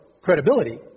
credibility